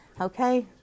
Okay